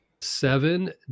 Seven